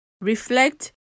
reflect